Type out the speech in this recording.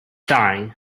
dying